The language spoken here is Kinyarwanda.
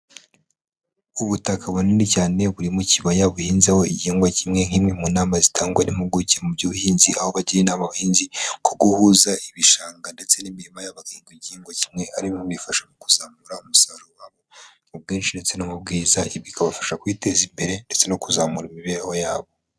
Ubutaka bunini cyane buri mu ikibaya, buhinzeho igihingwa kimwe nk'imwe mu nama zitangwa n'impuguke mu by'ubuhinzi, aho bagira inama abahinzi, ko guhuza ibishanga ndetse n'imirima yabo bagahinga igihingwa kimwe, ari bimwe mu bifasha mu kuzamura umusaruro wabo mu bwinshi ndetse no mu bwiza, bikabafasha kwiteza imbere. ndetse no kuzamura imibereho yabo.